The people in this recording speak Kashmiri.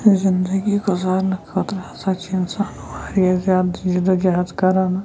زندگی گُزارنہٕ خٲطرٕ ہَسا چھِ اِنسان واریاہ زیادٕ جدوجہد کَران